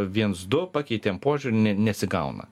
viens du pakeitėm požiūrį ne nesigauna